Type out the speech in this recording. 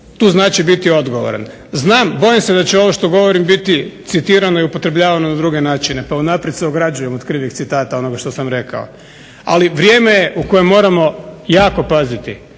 tu znači biti odgovoran. Znam, bojim se da će ovo što govorim biti citirano i upotrebljavano na druge načine pa unaprijed se ograđujem od krivih citata onoga što sam rekao. Ali vrijeme je u kojem moramo jako paziti